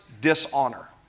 dishonor